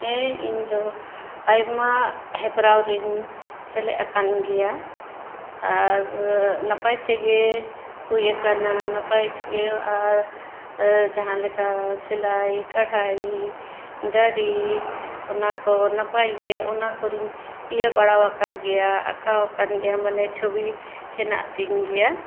ᱦᱮᱸ ᱤᱧᱫᱚ ᱟᱭᱢᱟ ᱦᱮᱯᱨᱟᱣ ᱨᱤᱧ ᱥᱮᱞᱮᱫ ᱟᱠᱟᱱ ᱜᱮᱭᱟ ᱟᱨ ᱱᱟᱯᱟᱭ ᱛᱮᱜᱮ ᱦᱩᱭ ᱟᱠᱟᱱᱟ ᱱᱟᱯᱟᱭ ᱛᱮᱜᱮ ᱟᱨ ᱡᱟᱦᱟᱸ ᱞᱮᱠᱟ ᱥᱮᱞᱟᱭ ᱠᱟᱲᱦᱟᱭ ᱫᱟᱨᱮ ᱚᱱᱟ ᱠᱚ ᱱᱟᱯᱟᱭ ᱜᱮ ᱚᱱᱟ ᱠᱚᱨᱮᱧ ᱤᱭᱟᱹ ᱵᱟᱲᱟᱣᱟᱠᱟᱫ ᱜᱮᱭᱟ ᱟᱠᱟᱣ ᱠᱟᱱ ᱜᱮᱭᱟ ᱢᱟᱱᱮ ᱪᱷᱚᱵᱤ ᱦᱮᱱᱟᱜ ᱛᱤᱧ ᱜᱮᱭᱟ